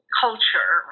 culture